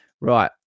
Right